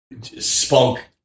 spunk